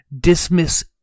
dismiss